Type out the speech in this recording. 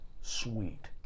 Sweet